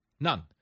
None